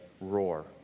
roar